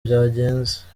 byagenze